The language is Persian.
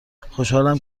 خوشحالم